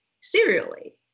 serially